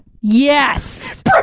Yes